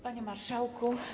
Panie Marszałku!